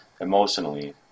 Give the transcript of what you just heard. emotionally